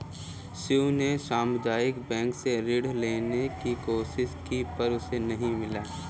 शिव ने सामुदायिक बैंक से ऋण लेने की कोशिश की पर उसे नही मिला